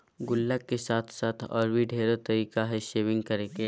गुल्लक के साथ साथ और भी ढेर तरीका हइ सेविंग्स करे के